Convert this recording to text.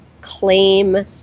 claim